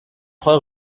trois